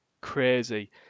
crazy